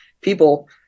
people